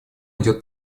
идет